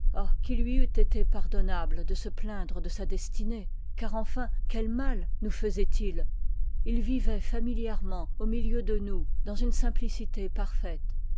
qu'il lui eût iété f ard nnaljle dse plaindre de sa destinée î car eiifiri qul ihal nous iaisoiti il il ioit ftimilièpeûient au milieu de nous dans ne simplicité parfaite